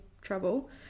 trouble